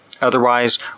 Otherwise